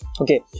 okay